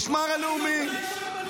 המשמר הלאומי קם.